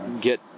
get